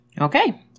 Okay